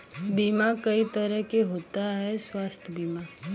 बीमा कई तरह के होता स्वास्थ्य बीमा?